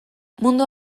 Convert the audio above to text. mundua